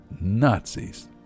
Nazis